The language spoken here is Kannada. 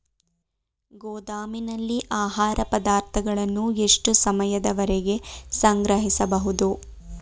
ಗೋದಾಮಿನಲ್ಲಿ ಆಹಾರ ಪದಾರ್ಥಗಳನ್ನು ಎಷ್ಟು ಸಮಯದವರೆಗೆ ಸಂಗ್ರಹಿಸಬಹುದು?